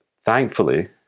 thankfully